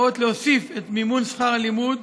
באות להוסיף את מימון שכר הלימוד